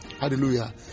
hallelujah